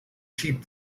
sheep